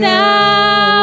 now